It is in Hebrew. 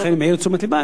אני מעיר את תשומת הלב,